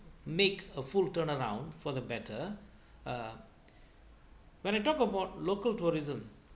make a full turnaround for the better uh when it talk about local tourism